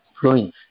flowing